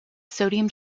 sodium